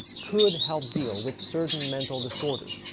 could help deal with certain mental disorders,